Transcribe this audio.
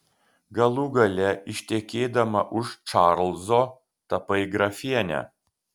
galų gale ištekėdama už čarlzo tapai grafiene